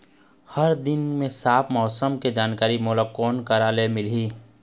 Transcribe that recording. हर दिन के साफ साफ मौसम के जानकारी मोला कोन करा से मिलही?